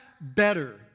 better